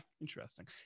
Interesting